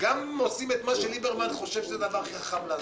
גם עושים את מה שליברמן חושב שהוא הדבר הכי חכם לעשות,